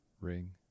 ring